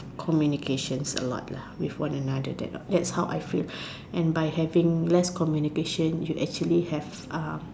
communications a lot lah with one another that that's how I feel and by having less communications you actually have uh